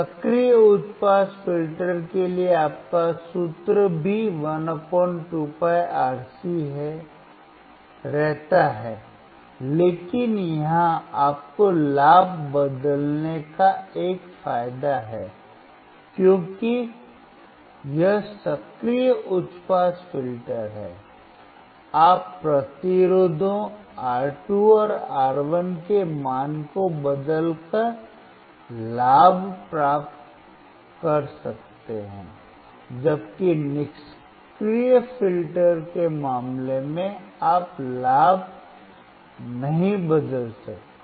सक्रिय उच्च pass filter के लिए आपका सूत्र अभी भी 1 2πRC रहता है लेकिन यहां आपको लाभ बदलने का एक फायदा है क्योंकि यह सक्रिय उच्च पास फिल्टर है आप प्रतिरोधों R2 और R1 के मान को बदलकर लाभ प्राप्त कर सकते हैं जबकि निष्क्रिय फ़िल्टर के मामले में आप लाभ नहीं बदल सकते